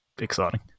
exciting